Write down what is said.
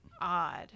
odd